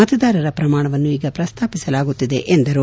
ಮತದಾರರ ಪ್ರಮಾಣವನ್ನು ಈಗ ಪ್ರಸ್ತಾಪಿಸಲಾಗುತ್ತಿದೆ ಎಂದು ಹೇಳಿದರು